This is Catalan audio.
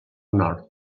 nord